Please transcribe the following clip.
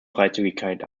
freizügigkeit